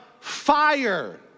fire